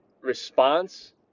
response